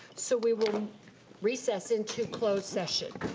so we will recess into closed session.